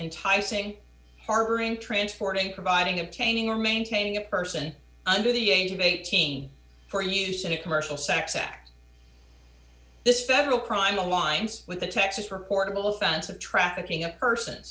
enticing harboring transporting providing obtaining or maintaining a person under the age of eighteen for use in a commercial sex act this federal crime aligns with the texas reportable fence of trafficking of person